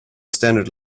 standard